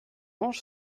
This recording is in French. mange